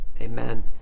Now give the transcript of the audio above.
amen